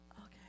Okay